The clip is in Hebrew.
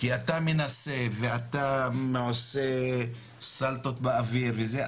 כי אתה מנסה ואתה עושה סלטות באוויר וזה.